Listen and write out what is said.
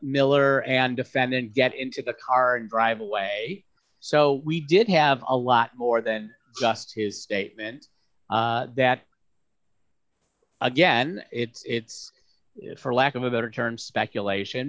miller and defendant get into the car and drive away so we did have a lot more than just his statement that again it for lack of a better term speculation